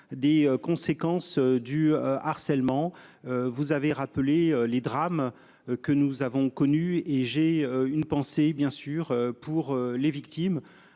des conséquences du harcèlement. Vous avez rappelé les drames que nous avons connu et j'ai une pensée bien sûr pour les victimes.